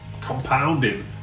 compounding